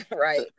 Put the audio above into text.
Right